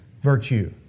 virtue